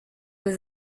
was